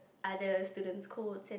other students' codes